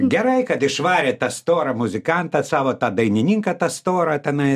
gerai kad išvarė tą storą muzikantą savo tą dainininką tą storą tenai